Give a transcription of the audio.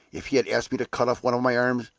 if he had asked me to cut off one of my arms,